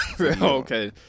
Okay